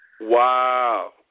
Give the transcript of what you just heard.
Wow